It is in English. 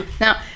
Now